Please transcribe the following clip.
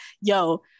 Yo